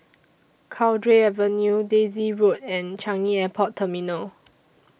Cowdray Avenue Daisy Road and Changi Airport Terminal